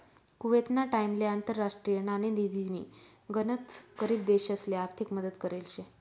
कुवेतना टाइमले आंतरराष्ट्रीय नाणेनिधीनी गनच गरीब देशसले आर्थिक मदत करेल शे